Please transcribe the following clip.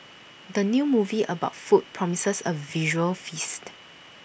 the new movie about food promises A visual feast